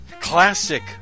classic